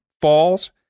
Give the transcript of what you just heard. falls